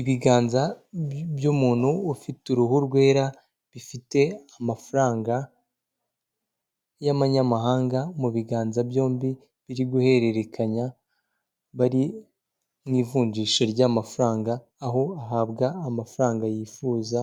Ibiganza by'umuntu ufite uruhu rwera bifite amafaranga y'amanyamahanga mu biganza byombi biri guhererekanya, bari mu ivunjisha ry'amafaranga aho ahabwa amafaranga yifuza